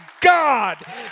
God